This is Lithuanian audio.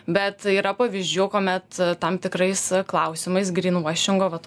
bet yra pavyzdžių kuomet tam tikrais klausimais grinvošingo vat